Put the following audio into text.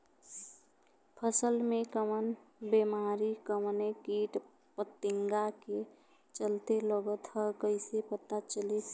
फसल में कवन बेमारी कवने कीट फतिंगा के चलते लगल ह कइसे पता चली?